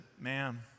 ma'am